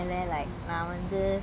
அதுக்கும் மேல:athukkum mela